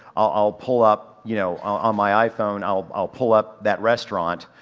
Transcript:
i'll, i'll pull up you know on my iphone i'll, i'll pull up that restaurant,